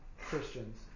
Christians